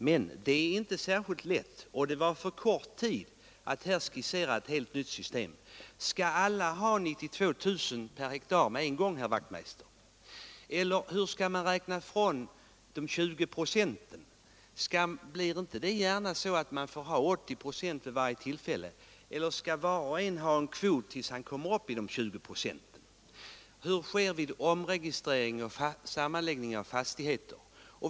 Men det är inte särskilt lätt att hitta ett system, och det var för kort tid att här skissera ett alldeles nytt system. Skall alla ha 92 000 per hektar med en gång, herr Wachtmeister? Hur skall man räkna ifrån de 20 procenten? Blir det inte gärna så att man får ha 80 procent vid varje tillfälle, eller skall var och en ha en kvot tills han kommit upp i de 20 procenten? Hur blir det vid omregistering och sammanläggning av fastigheter?